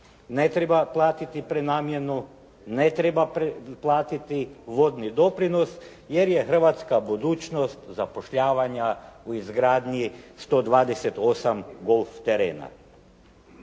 ne treba platiti prenamjenu, ne treba platiti vodni doprinos, jer je hrvatska budućnost zapošljavanja u izgradnji 128 golf terena.